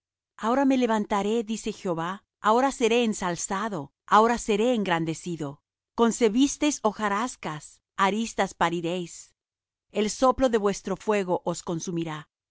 ahora me levantaré dice jehová ahora seré ensalzado ahora seré engrandecido concebisteis hojarascas aristas pariréis el soplo de vuestro fuego os consumirá y